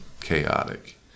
chaotic